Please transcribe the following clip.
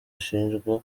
ashinjwa